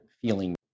feeling